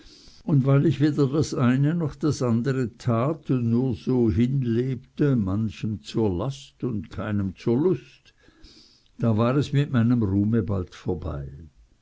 und weil ich weder das eine noch das andre tat und nur so hinlebte manchem zur last und keinem zur lust da war es mit meinem ruhme bald vorbei